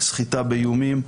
סחיטה באיומים,